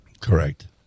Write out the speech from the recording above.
Correct